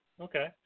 Okay